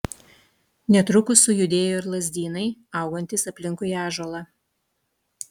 netrukus sujudėjo ir lazdynai augantys aplinkui ąžuolą